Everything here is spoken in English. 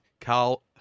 Carl